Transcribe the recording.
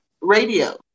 radio